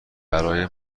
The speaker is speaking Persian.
برای